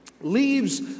leaves